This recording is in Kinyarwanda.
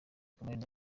chameleone